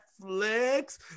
Netflix